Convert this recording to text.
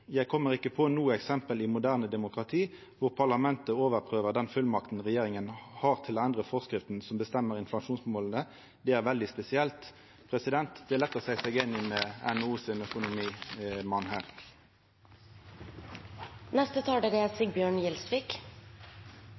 Jeg kommer ikke på noe eksempel i noe moderne demokrati hvor parlamentet overprøver den fullmakten regjeringen har til å endre forskriften som bestemmer inflasjonsmålet. Det er veldig spesielt». Det er lett å seia seg einig med NHOs økonom i det. Jeg må si at det er